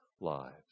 lives